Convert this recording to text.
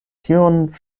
tion